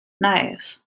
Nice